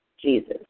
Jesus